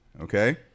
okay